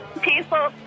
peaceful